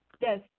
Yes